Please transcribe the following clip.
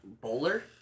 Bowler